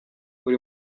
buri